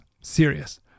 serious